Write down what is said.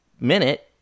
minute